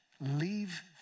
leave